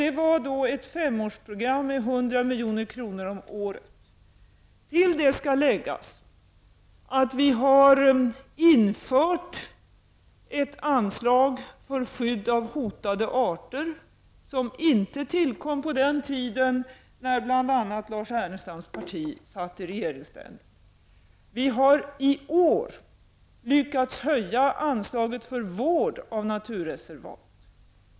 Det var ett femårsprogram med anslag på 100 milj.kr. om året. Till det skall läggas att vi har infört ett anslag för skydd av hotade arter, ett anslag som inte tillkom på den tiden när bl.a. Lars Ernestams parti satt i regeringsställning. Vi har i år lyckats höja anslaget för vård av naturreservat.